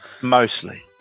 Mostly